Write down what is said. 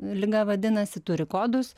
liga vadinasi turi kodus